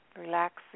relaxing